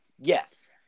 Yes